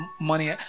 money